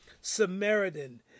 Samaritan